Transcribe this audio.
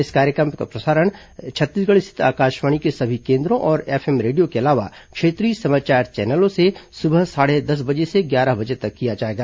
इस कार्यक्रम का प्रसारण छत्तीसगढ़ स्थित आकाशवाणी के सभी केन्द्रों और एफ एम रेडियो के अलावा क्षेत्रीय समाचार चैनलों से सुबह साढ़े दस बजे से ग्यारह बजे तक किया जाएगा